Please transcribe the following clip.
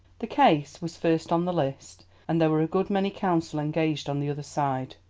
the case was first on the list, and there were a good many counsel engaged on the other side.